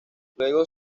luego